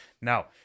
Now